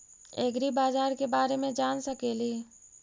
ऐग्रिबाजार के बारे मे जान सकेली?